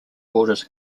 boarders